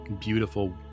beautiful